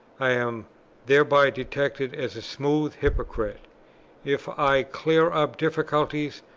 i am thereby detected as a smooth hypocrite if i clear up difficulties,